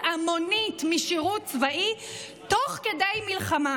המונית משירות צבאי תוך כדי מלחמה.